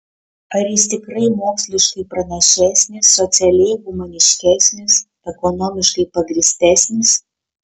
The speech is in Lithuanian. ar jis tikrai moksliškai pranašesnis socialiai humaniškesnis ekonomiškai pagrįstesnis